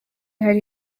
hari